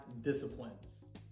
disciplines